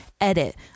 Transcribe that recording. Edit